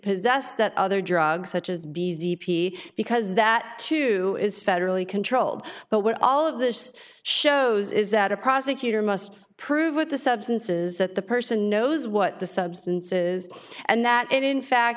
possessed that other drugs such as b z p because that too is federally controlled but what all of this shows is that a prosecutor must prove with the substances that the person knows what the substances and that it in fact